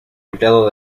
empleado